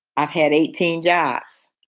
i've had eighteen jobs.